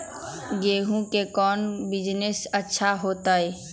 गेंहू के कौन बिजनेस अच्छा होतई?